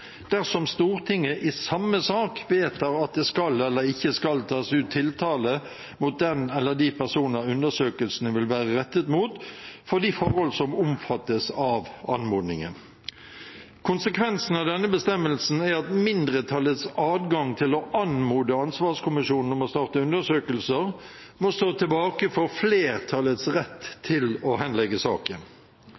dersom Stortinget i samme sak vedtar at det skal eller ikke skal tas ut tiltale mot den eller de personer undersøkelsene vil være rettet mot for de forhold som omfattes av anmodningen.» Konsekvensen av denne bestemmelsen er at mindretallets adgang til å anmode ansvarskommisjonen om å starte undersøkelser må stå tilbake for flertallets rett